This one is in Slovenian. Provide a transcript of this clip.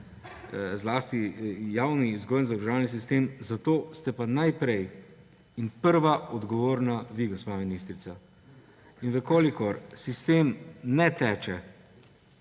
zlasti javni vzgojno-izobraževalni sistem, zato ste pa najprej in prva odgovorni vi, gospa ministrica. In če sistem ne teče,